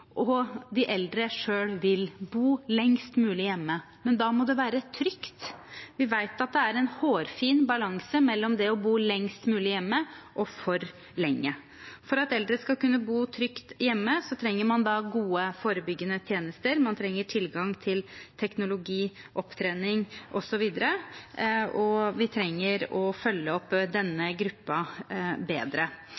de eldre skal bo lengst mulig hjemme – og de eldre vil det selv – men da må det være trygt. Vi vet at det er en hårfin balanse mellom det å bo lengst mulig hjemme og for lenge. For at eldre skal kunne bo trygt hjemme, trenger man gode forebyggende tjenester, man trenger tilgang til teknologi, opptrening osv. Vi trenger også å følge opp denne